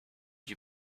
you